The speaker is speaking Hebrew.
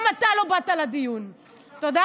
שלושה